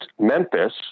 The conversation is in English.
Memphis